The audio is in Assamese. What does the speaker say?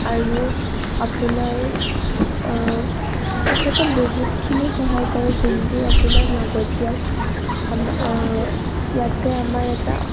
আৰু আপোনাৰ তেখেতে বহুতখিনি সহায় কৰে যোনবোৰ আপোনাৰ লাগতীয়াল আমাৰ ইয়াতে আমাৰ এটা